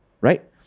right